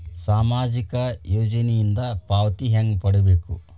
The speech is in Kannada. ಸಾಮಾಜಿಕ ಯೋಜನಿಯಿಂದ ಪಾವತಿ ಹೆಂಗ್ ಪಡಿಬೇಕು?